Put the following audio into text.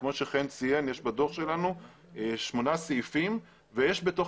כמו שחן ציין יש בדוח שלנו שמונה סעיפים ויש בתוך